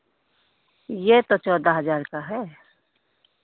ये तो चौदह हज़ार का है